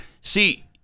See